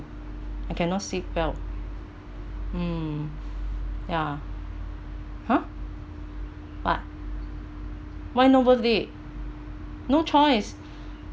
I cannot sleep well mm ya !huh! what why nobody no choice